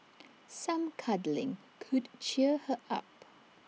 some cuddling could cheer her up